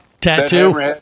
tattoo